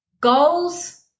goals